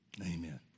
Amen